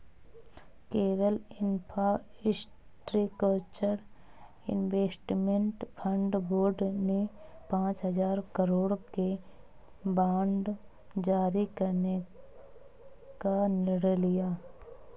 Kerala infrastructure investment fund board ने पांच हजार करोड़ के बांड जारी करने का निर्णय लिया